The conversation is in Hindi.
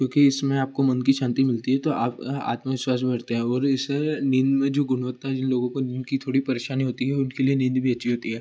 क्योंकि इसमें आपको मन की शांति मिलती है तो आप आत्मविश्वास में भरते हैं ओर इससे नींद में जो गुणवत्ता है जो लोगों को नींद की थोड़ी परेशानी होती है उनके लिए नींद भी अच्छी होती है